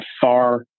far